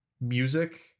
music